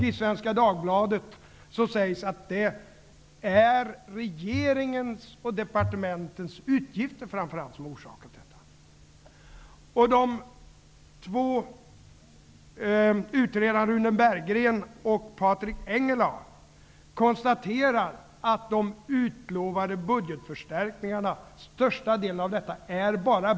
I Svenska Dagbladet säger man att det framför allt är regeringens och departementens utgifter som är orsak till detta. Engellau konstaterar att de utlovade budgetförstärkningarna till största delen är bluff.